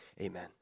amen